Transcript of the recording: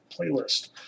playlist